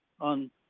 on